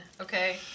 okay